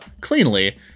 cleanly